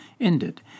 ended